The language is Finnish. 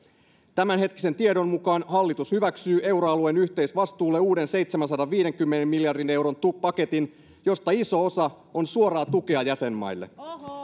tämänhetkisen tiedon mukaan hallitus hyväksyy euroalueen yhteisvastuulle uuden seitsemänsadanviidenkymmenen miljardin euron paketin josta iso osa on suoraa tukea jäsenmaille